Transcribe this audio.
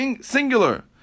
singular